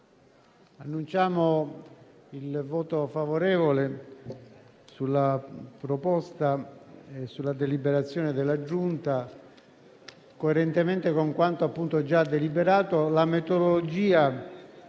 Annunciamo il voto favorevole sulla deliberazione della Giunta. Coerentemente con quanto già deliberato,